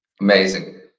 amazing